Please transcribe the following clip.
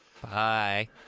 Bye